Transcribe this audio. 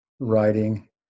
writing